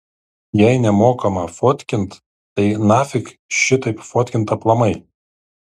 jei nemokama fotkint tai nafik šitaip fotkint aplamai